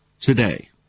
today